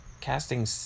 casting